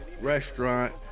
restaurant